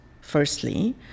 firstly